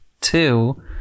two